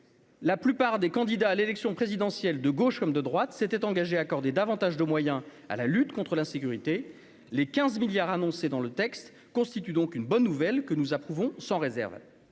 La plupart des candidats à l'élection présidentielle, de gauche comme de droite, s'était engagé à accorder davantage de moyens à la lutte contre l'insécurité, les 15 milliards annoncés dans le texte constitue donc une bonne nouvelle que nous approuvons sans réserve,